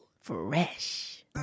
fresh